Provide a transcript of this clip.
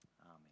Amen